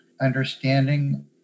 understanding